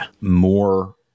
more